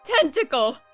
tentacle